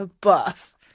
buff